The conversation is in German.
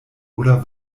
oder